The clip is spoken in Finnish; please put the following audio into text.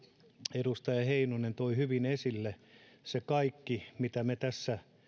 edustaja heinonen toi hyvin esille se kaikki mitä me tässä